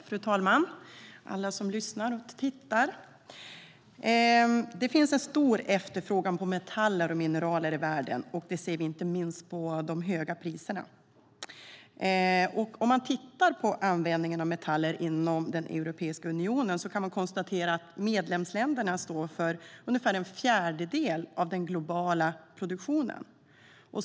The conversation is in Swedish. Fru talman och alla som lyssnar och tittar! Det finns en stor efterfrågan på metaller och mineraler i världen. Det ser vi inte minst på de höga priserna. Om man tittar på användningen av metaller inom Europeiska unionen kan man konstatera att medlemsländerna står för ungefär en fjärdedel av den globala produktionen.